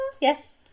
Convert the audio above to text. yes